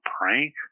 prank